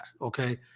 okay